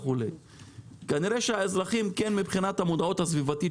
כנראה שהאזרחים מבחינת המודעות הסביבתית